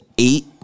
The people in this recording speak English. Eight